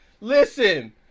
listen